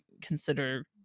consider